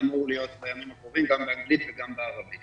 זה אמור להיות בימים הקרובים גם באנגלית וגם בערבית.